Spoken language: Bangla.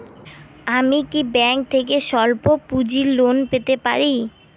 আমি কি ব্যাংক থেকে স্বল্প পুঁজির লোন পেতে পারি?